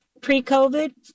pre-COVID